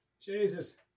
Jesus